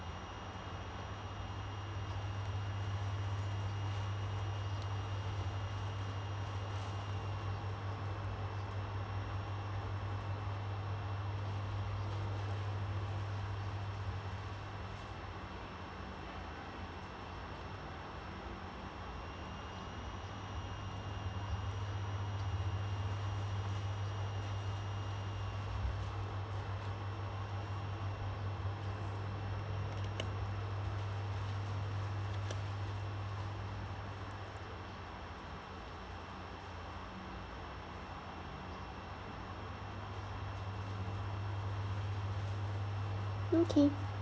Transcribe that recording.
okay